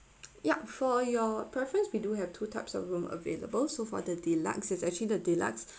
yup for your preference we do have two types of room available so for the deluxe is actually the deluxe